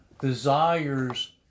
desires